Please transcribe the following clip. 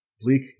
bleak